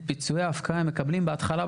את פיצויי ההפקעה הם מקבלים בהתחלה,